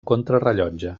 contrarellotge